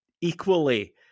equally